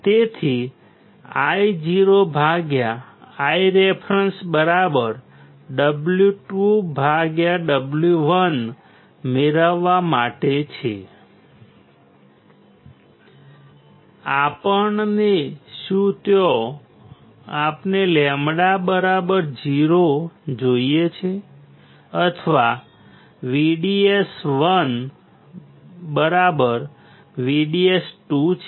તેથી IoIreference W2W1 મેળવવા માટે છે આપણને શું ત્યાં આપણે λ0 જોઈએ છે અથવા VDS1 VDS2 છે